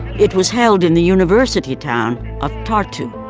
it was held in the university town of tartu.